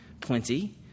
plenty